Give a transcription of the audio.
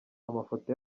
amafoto